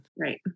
Right